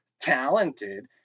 talented